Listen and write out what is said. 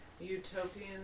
utopian